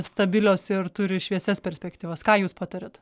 stabilios ir turi šviesias perspektyvas ką jūs patariat